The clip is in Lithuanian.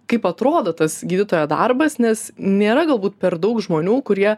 kaip atrodo tas gydytojo darbas nes nėra galbūt per daug žmonių kurie